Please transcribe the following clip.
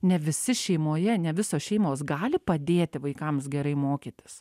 ne visi šeimoje ne visos šeimos gali padėti vaikams gerai mokytis